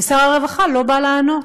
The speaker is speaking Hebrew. ושר הרווחה לא בא לענות.